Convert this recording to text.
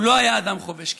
הוא לא היה אדם חובש כיפה,